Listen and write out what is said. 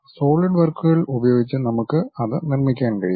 solid വർക്കുകൾ ഉപയോഗിച്ച് നമുക്ക് അത് നിർമ്മിക്കാൻ കഴിയും